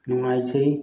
ꯅꯨꯡꯉꯥꯏꯖꯩ